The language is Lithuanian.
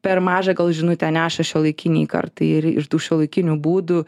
per mažą gal žinutę neša šiuolaikinei kartai ir tų šiuolaikinių būdų